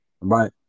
right